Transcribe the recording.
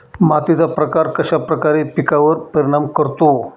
मातीचा प्रकार कश्याप्रकारे पिकांवर परिणाम करतो?